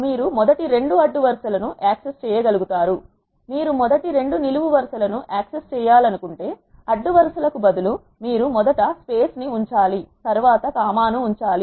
మీరు మొదటి రెండు అడ్డు వరుస లను యాక్సెస్ చేయగలుగుతారు మీరు మొదటి రెండు నిలువువరుసలను యాక్సెస్ చేయాలనుకుంటే అడ్డు వరుస లకు బదులు మీరు మొదట స్పేస్ ని ఉంచాలి తరువాత కామా ను ఉంచాలి